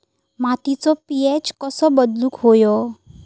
मातीचो पी.एच कसो बदलुक होयो?